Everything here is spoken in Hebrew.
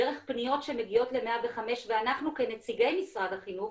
דרך פניות שמגיעות ל-105 ואנחנו כנציגי משרד החינוך